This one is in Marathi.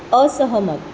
असहमत